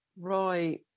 right